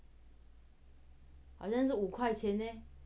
好像是五块钱 leh